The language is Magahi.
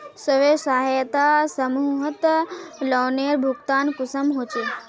स्वयं सहायता समूहत लोनेर भुगतान कुंसम होचे?